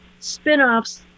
spinoffs